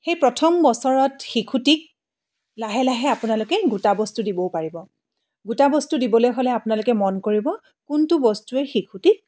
সেই প্ৰথম বছৰত শিশুটিক লাহে লাহে আপোনালোকে গোটা বস্তু দিবও পাৰিব গোটা বস্তু দিবলৈ হ'লে আপোনালোকে মন কৰিব কোনটো বস্তুৱে শিশুটিক